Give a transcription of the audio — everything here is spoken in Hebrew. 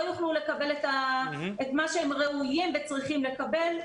יוכלו לקבל את מה שהם ראויים וצריכים לקבל.